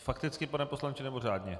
Fakticky, pane poslanče, nebo řádně?